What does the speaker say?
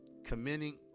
committing